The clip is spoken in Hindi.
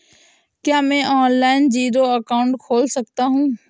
क्या मैं ऑनलाइन जीरो अकाउंट खोल सकता हूँ?